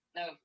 no